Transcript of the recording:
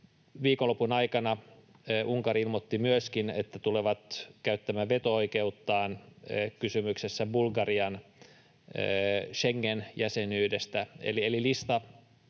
Viikonlopun aikana Unkari ilmoitti myöskin, että he tulevat käyttämään veto-oikeuttaan kysymyksessä Bulgarian Schengen-jäsenyydestä.